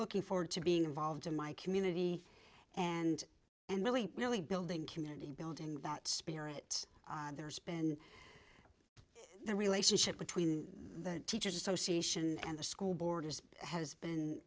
looking forward to being involved in my community and and really really building community building that spirit there's been the relationship between the teachers association and the school board is has been